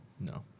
no